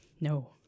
No